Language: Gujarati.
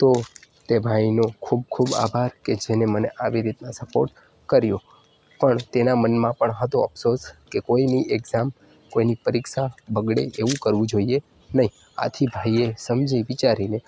તો તે ભાઈનો ખૂબ ખૂબ આભાર કે જેને મને આવી રીતના સપોર્ટ કર્યો પણ તેના મનમાં પણ હતો અફસોસ કે કોઈની એક્ઝામ કોઈની પરીક્ષા બગડે એવું કરવું જોઈએ નહીં આથી ભાઈએ સમજી વિચારીને